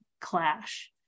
clash